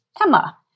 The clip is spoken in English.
Emma